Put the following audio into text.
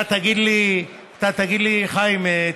אתה תגיד לי: חיים, טעיתי.